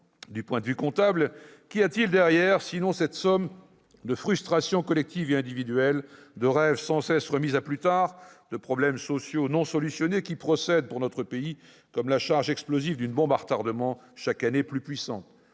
du point de vue comptable, qu'y a-t-il derrière, sinon cette somme de frustrations collectives et individuelles, de rêves sans cesse remis à plus tard, de problèmes sociaux non résolus qui procèdent, pour notre pays, comme la charge explosive d'une bombe à retardement chaque année plus puissante ?